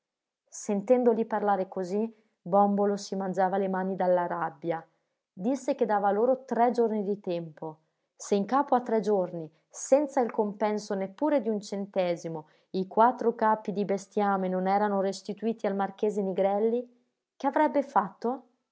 sentendoli parlare così bòmbolo si mangiava le mani dalla rabbia disse che dava loro tre giorni di tempo se in capo a tre giorni senza il compenso neppure di un centesimo i quattro capi di bestiame non erano restituiti al marchese nigrelli che avrebbe fatto